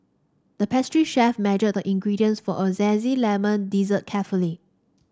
the pastry chef measured the ingredients for a zesty lemon dessert carefully